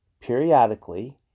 periodically